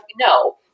No